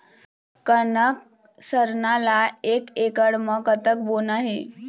कनक सरना ला एक एकड़ म कतक बोना हे?